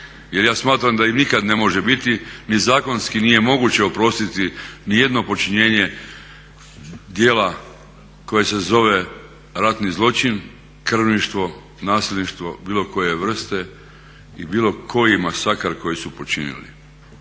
Jel ja smatram da im nikada ne može biti ni zakonski nije moguće oprostiti nijedno počinjenje djela koje se zove ratni zločin, krvništvo, nasilništvo bilo koje vrste i bilo koji masakr koji su počinili.